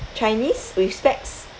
chinese with specs